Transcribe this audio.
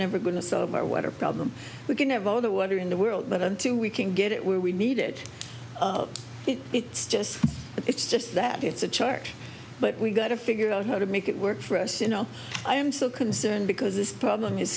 never going to solve our water problem we can have all the water in the world but until we can get it where we need it it's just it's just that it's a chart but we've got to figure out how to make it work for us you know i am still concerned because this problem is